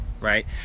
right